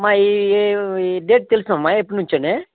అమ్మా ఈ డేట్ తెలుసా అమ్మా ఎప్పటి నుంచీ అని